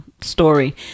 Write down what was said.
story